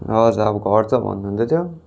हजुर अब घट्छ भन्नु हुँदैथ्यो